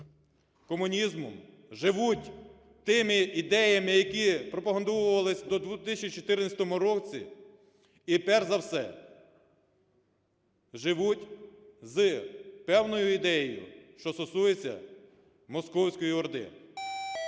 комунізму, живуть тими ідеями, які пропагувались до 2014 року, і, перш за все, живуть з певною ідеєю, що стосується московської орди.